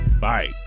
bye